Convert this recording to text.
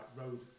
road